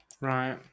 Right